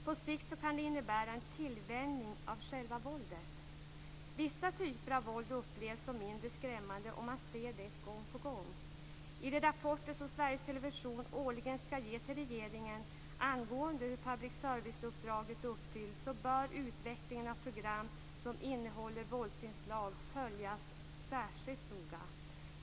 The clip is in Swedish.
På sikt kan det innebära en tillvänjning av själva våldet. Vissa typer av våld upplevs som mindre skrämmande om man ser det gång på gång. I de rapporter som Sveriges television årligen skall ge till regeringen angående hur public service-uppdraget uppfylls bör utvecklingen av program som innehåller våldsinslag följas särskilt noga.